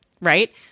right